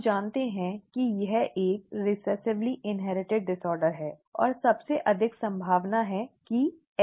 हम जानते हैं कि यह एक रिसेसिवली इन्हेरिटिड डिसऑर्डर है और सबसे अधिक संभावना है कि X linked है